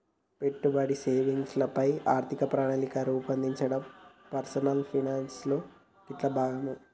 పెట్టుబడి, సేవింగ్స్ ల పైన ఆర్థిక ప్రణాళికను రూపొందించడం పర్సనల్ ఫైనాన్స్ లో గిట్లా భాగమే